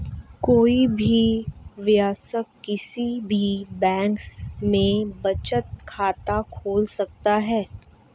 कोई भी वयस्क किसी भी बैंक में बचत खाता खोल सकता हैं